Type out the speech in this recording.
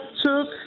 took